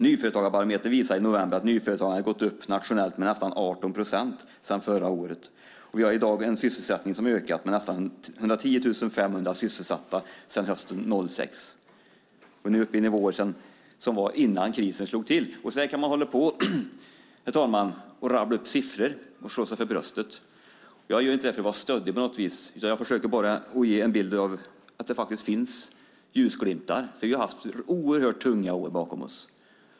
Nyföretagarbarometern visade för november att nyföretagandet ökat nationellt med nästan 18 procent sedan förra året. Vi har i dag en sysselsättningsnivå som ökat med nästan 110 500 sysselsatta sedan hösten 2006. Nu är vi uppe i samma nivåer som innan krisen slog till. Herr talman! Vi kan rabbla upp siffror och slå oss för bröstet. Jag gör det inte för att vara stöddig, utan jag försöker ge en bild av att det faktiskt finns ljusglimtar. Vi har haft oerhört tunga år bakom oss.